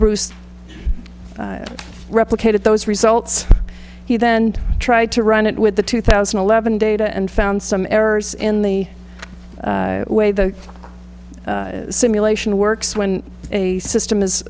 bruce replicated those results he then tried to run it with the two thousand and eleven data and found some errors in the way the simulation works when a system is